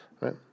right